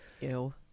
Ew